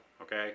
Okay